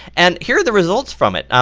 and here are the results from it,